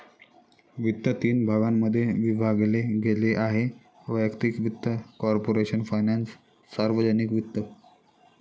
वित्त तीन भागांमध्ये विभागले गेले आहेः वैयक्तिक वित्त, कॉर्पोरेशन फायनान्स, सार्वजनिक वित्त